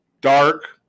dark